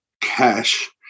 cash